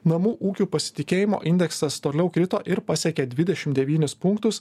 namų ūkių pasitikėjimo indeksas toliau krito ir pasiekė dvidešim devynis punktus